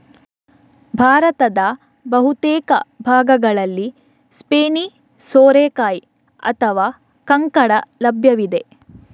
ಭಾರತದ ಬಹುತೇಕ ಭಾಗಗಳಲ್ಲಿ ಸ್ಪೈನಿ ಸೋರೆಕಾಯಿ ಅಥವಾ ಕಂಕಡ ಲಭ್ಯವಿದೆ